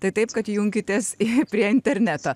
tai taip kad junkitės prie interneto